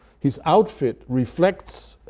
his outfit reflects